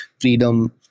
freedom